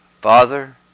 Father